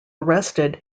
arrested